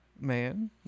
man